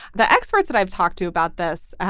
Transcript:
the experts that i've talked to about this,